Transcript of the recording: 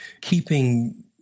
keeping